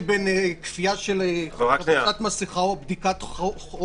בין כפייה של חבישת מסכה או בדיקת חום?